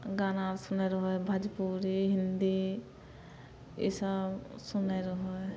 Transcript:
गाना आर सुनै रहै हइ भजपुरी हिन्दी इसब सुनै रहै हइ